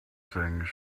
things